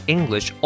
English